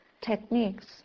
techniques